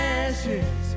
ashes